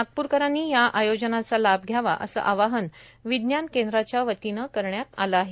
नागपूरकरांनी या आयोजनाचा लाभ घ्यावा असं आवाहन विज्ञान केंद्राच्या वतीनं करण्यात आलं आहे